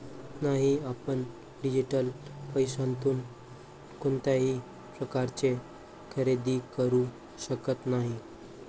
नाही, आपण डिजिटल पैशातून कोणत्याही प्रकारचे खरेदी करू शकत नाही